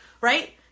Right